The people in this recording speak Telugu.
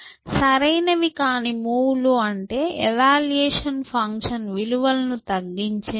సరైనవి కాని మూవ్ లు అంటే ఎవాల్యూయేషన్ ఫంక్షన్ విలువలను తగ్గించే మూవ్ లు